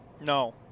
No